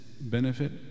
benefit